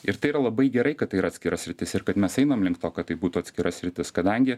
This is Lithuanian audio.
ir tai yra labai gerai kad ir atskira sritis ir kad mes einam link to kad tai būtų atskira sritis kadangi